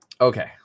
Okay